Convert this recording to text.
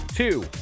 Two